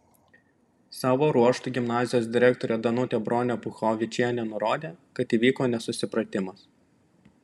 savo ruožtu gimnazijos direktorė danutė bronė puchovičienė nurodė kad įvyko nesusipratimas